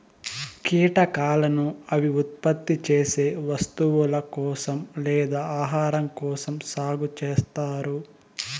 కీటకాలను అవి ఉత్పత్తి చేసే వస్తువుల కోసం లేదా ఆహారం కోసం సాగు చేత్తారు